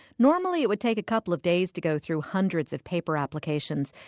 normally it would take a couple of days to go through hundreds of paper applications,